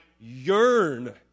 yearn